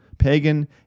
pagan